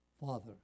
Father